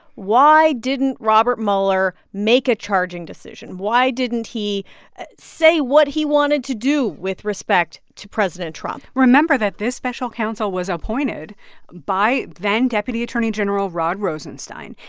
why didn't robert mueller make a charging decision? why didn't he say what he wanted to do with respect to president trump? remember that this special counsel was appointed by then-deputy attorney general rod rosenstein,